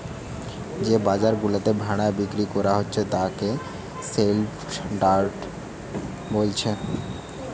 যে বাজার গুলাতে ভেড়া বিক্রি কোরা হচ্ছে তাকে সেলইয়ার্ড বোলছে